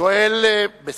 השואל כאן.